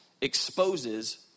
exposes